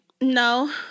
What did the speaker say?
No